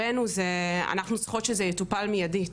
אנחנו צריכות שזה יטופל מידית,